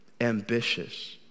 ambitious